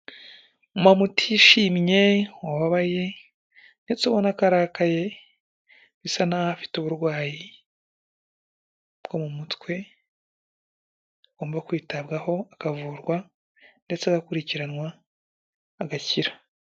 Umumama utishimye wababaye ndetse ubona ko arakaye bisa n'aho afite uburwayi bwo mu mutwe, agomba kwitabwaho akavurwa ndetse agakurikiranwa agakira.